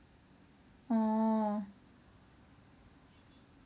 orh